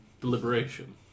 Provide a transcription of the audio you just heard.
deliberation